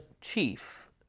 chief